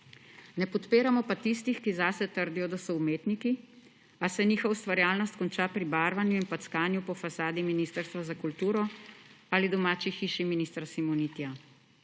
Ne podpiramo pa tistih, ki pa zase trdijo, da so umetniki, a se njihova ustvarjalnost konča pri barvanju in packanju po fasadi Ministrstva za kulturo ali domači hiši ministra Simonitija;